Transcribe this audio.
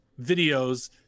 videos